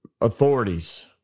authorities